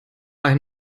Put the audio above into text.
ein